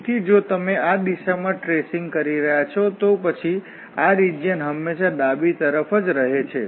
તેથી જો તમે આ દિશામાં ટ્રેસીંગ કરી રહ્યા છો તો પછી આ રીજીયન હંમેશા ડાબી તરફ જ રહે છે